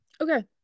okay